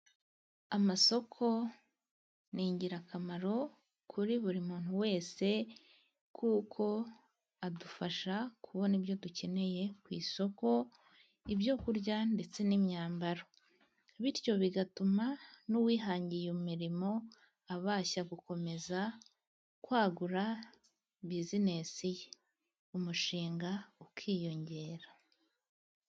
Amasoko ni ingirakamaro kuri buri muntu wese, kuko adufasha kubona ibyo dukeneye, ku isoko ibyokurya ndetse n'imyambaro , bityo bigatuma n'uwihangiye iyo mirimo abasha gukomeza kwagura buzinesi ye, umushinga ukiyongera.